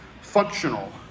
functional